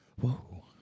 Whoa